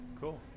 Cool